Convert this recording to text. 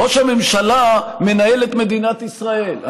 ראש הממשלה מנהל את מדינת ישראל.